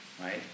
Right